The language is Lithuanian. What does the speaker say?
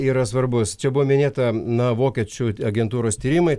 yra svarbus čia buvo minėta na vokiečių agentūros tyrimai